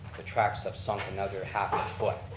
the tracks have sunk another half a foot.